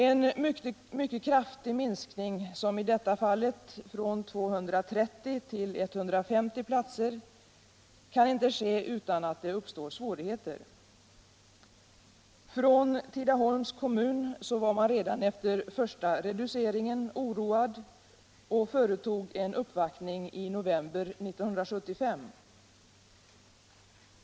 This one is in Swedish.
En mycket kraftig minskning, som i detta fallet från 230 till 150 platser, kan inte ske utan att det uppstår svårigheter. Inom Tidaholms kommun var man redan efter första reduceringen oroad och företog en uppvaktning i november 1975.